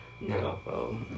No